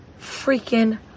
freaking